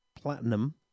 platinum